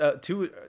two